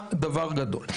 אלא דבר גדול.